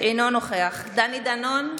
אינו נוכח דני דנון,